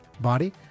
body